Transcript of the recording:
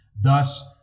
Thus